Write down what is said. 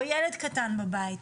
או ילד קטן בבית,